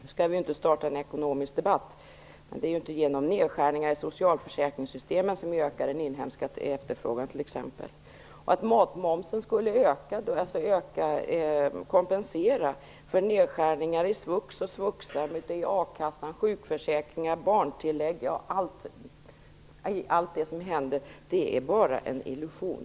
Jag skall nu inte starta en ekonomisk debatt, men det är t.ex. inte nedskärningar i socialförsäkringssystemen som ökar den inhemska efterfrågan. Att sänkningen av matmomsen skulle kompensera för nedskärningar i svux, svuxa, a-kasseersättningar, sjukförsäkringar och barntillägg liksom även i andra avseenden är bara en illusion.